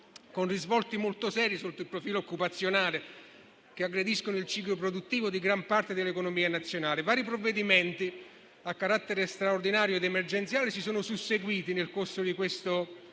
con risvolti molto seri sotto il profilo occupazionale e che aggrediscono il ciclo produttivo di gran parte dell'economia nazionale. Vari provvedimenti a carattere straordinario ed emergenziale si sono susseguiti nel corso di questo periodo,